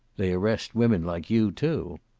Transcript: they arrest women like you, too.